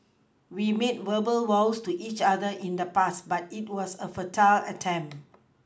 we made verbal vows to each other in the past but it was a futile attempt